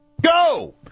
Go